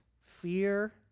fear